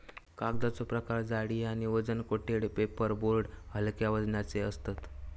कागदाचो प्रकार जाडी आणि वजन कोटेड पेपर बोर्ड हलक्या वजनाचे असतत